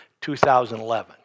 2011